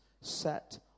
set